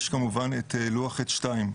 יש את לוח ח'2,